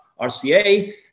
RCA